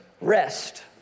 rest